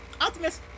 Optimus